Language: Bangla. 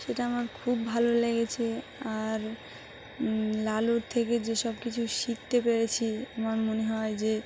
সেটা আমার খুব ভালো লেগেছে আর লালুর থেকে যেসব কিছু শিখতে পেরেছি আমার মনে হয় যে